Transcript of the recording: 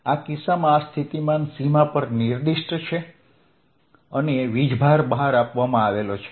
આ કિસ્સામાં આ સ્થિતિમાન સીમા પર નિર્દિષ્ટ છે અને વીજભાર બહાર આપવામાં આવે છે